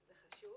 זה חשוב.